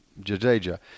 Jadeja